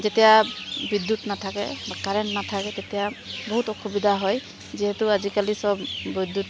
যেতিয়া বিদ্যুৎ নাথাকে বা কাৰেণ্ট নাথাকে তেতিয়া বহুত অসুবিধা হয় যিহেতু আজিকালি চব বৈদ্যুত